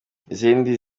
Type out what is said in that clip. izindi